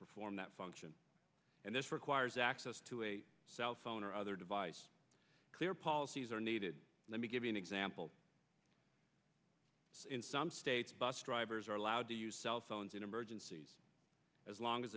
perform that function and this requires access to a cell phone or other device clear policies are needed let me give you an example in some states bus drivers are allowed to use cell phones in emergencies as long as